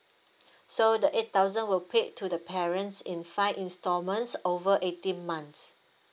so the eight thousand were paid to the parents in five installments over eighteen months